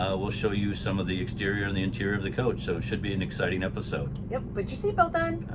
we'll show you some of the exterior and the interior of the coach. so it should be an exciting episode. yeah but your seatbelt on.